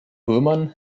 würmern